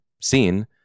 seen